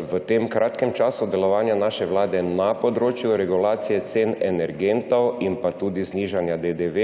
v tem kratkem času delovanja naše vlade na področju regulacije cen energentov in pa tudi znižanja DDV.